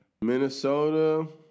Minnesota